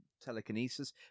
telekinesis